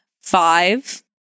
five